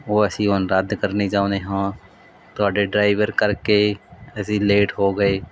ਉਹ ਅਸੀਂ ਹੁਣ ਰੱਦ ਕਰਨੀ ਚਾਹੁੰਦੇ ਹਾਂ ਤੁਹਾਡੇ ਡਰਾਈਵਰ ਕਰਕੇ ਅਸੀਂ ਲੇਟ ਹੋ ਗਏ